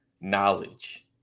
knowledge